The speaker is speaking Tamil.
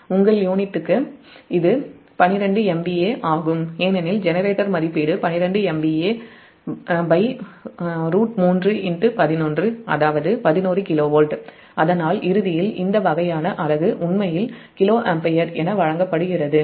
உங்கள் யூனிட்டுக்கு இது 12 MVA ஆகும் ஏனெனில் ஜெனரேட்டர் மதிப்பீடு 12MVA√3 11 அதாவது 11KV அதனால்இறுதியில் இந்த வகையான அலகு உண்மையில் கிலோ ஆம்பியர் என வழங்கப்படுகிறது